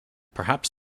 perhaps